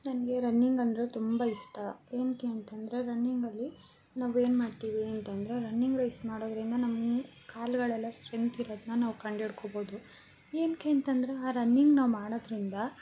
ನನಗೆ ರನ್ನಿಂಗಂದರೆ ತುಂಬ ಇಷ್ಟ ಏನಕ್ಕೆ ಅಂತಂದರೆ ರನ್ನಿಂಗಲ್ಲಿ ನಾವು ಏನ್ಮಾಡ್ತೀವಿ ಅಂತಂದರೆ ರನ್ನಿಂಗ್ ರೇಸ್ ಮಾಡೋದ್ರಿಂದ ನಮ್ಮ ಕಾಲುಗಳೆಲ್ಲ ಸ್ಟ್ರೆಂತ್ ಇರೋದನ್ನ ನಾವು ಕಂಡಿಡ್ಕೋಬೋದು ಏನಕ್ಕೆ ಅಂತಂದರೆ ಆ ರನ್ನಿಂಗ್ ನಾವು ಮಾಡೋದ್ರಿಂದ